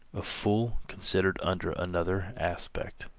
a fool considered under another aspect.